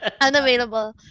Unavailable